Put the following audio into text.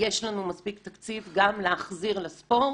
יש לנו מספיק תקציב גם להחזיר לספורט.